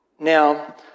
Now